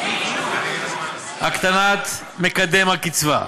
הקטנת מקדם הקצבה,